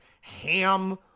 ham